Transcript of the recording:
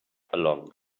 along